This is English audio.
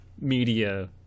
media